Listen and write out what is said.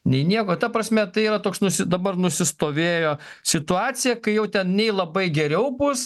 nei nieko ta prasme tai yra toks nusi dabar nusistovėjo situacija kai jau ten nei labai geriau bus